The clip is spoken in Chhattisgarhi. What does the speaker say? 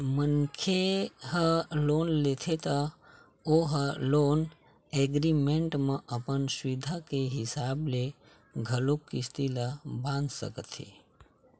मनखे ह लोन लेथे त ओ ह लोन एग्रीमेंट म अपन सुबिधा के हिसाब ले घलोक किस्ती ल बंधा सकथे